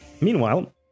Meanwhile